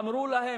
אמרו להם,